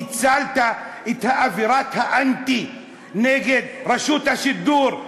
ניצלת את אווירת האנטי שנוצרה נגד רשות השידור,